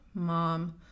mom